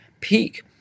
peak